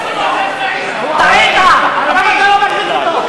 הוא ערבי, למה אתה לא מרחיק אותו?